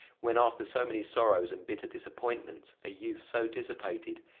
when after so many sorrows and bitter disappointments, a youth so dissipated,